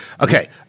Okay